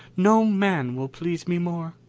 no man will please me more.